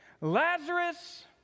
Lazarus